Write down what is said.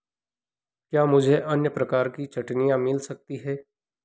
क्या मुझे अन्य प्रकार की चटनियाँ मिल सकती हैं